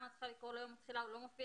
לא.